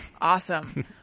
Awesome